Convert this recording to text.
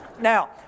Now